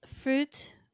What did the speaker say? Fruit